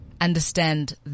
understand